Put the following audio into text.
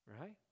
Right